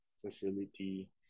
facility